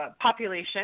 population